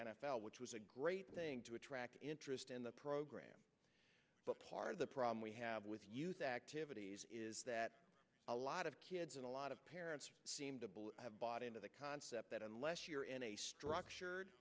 l which was a great thing to attract interest in the program but part of the problem we have with youth activities is that a lot of kids and a lot of parents seem to have bought into the concept that unless you're in a structured